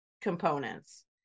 components